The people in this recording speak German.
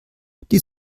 die